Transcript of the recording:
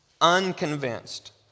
unconvinced